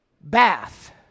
bath